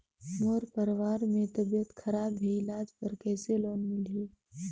मोर परवार मे तबियत खराब हे इलाज बर कइसे लोन मिलही?